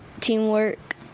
teamwork